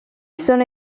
sono